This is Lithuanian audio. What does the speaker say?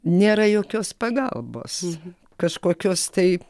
nėra jokios pagalbos kažkokios tai